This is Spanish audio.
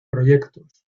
proyectos